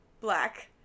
black